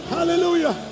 Hallelujah